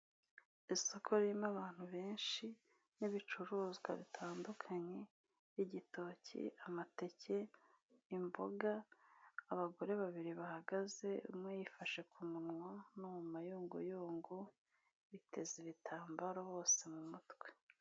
Isoko ririmo abantu benshi n'ibicuruzwa bitandukanye by'igitoki amateke, imboga, abagore babiri bahagaze umwe yifashe ku munwa no mu mayunguyungu biteza ibitambaro hose mu mutwe.